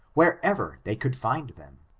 wherever they could find them.